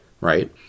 right